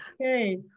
Okay